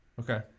Okay